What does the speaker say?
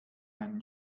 einen